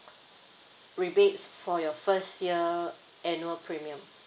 rebates for your first year annual premium